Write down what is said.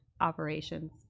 Operations